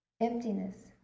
emptiness